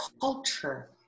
culture